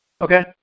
Okay